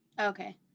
Okay